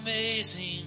amazing